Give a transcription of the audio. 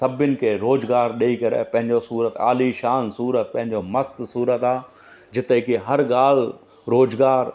सभिनि खे रोज़गारु ॾेई करे ऐं पंहिंजो सूरत आलीशान सूरत पंहिंजो मस्तु सूरत आहे जिथे की हर ॻाल्हि रोज़गारु